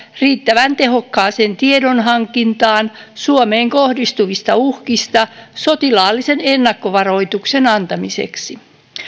riittävän tehokkaaseen tiedonhankintaan suomeen kohdistuvista uhkista sotilaallisen ennakkovaroituksen antamiseksi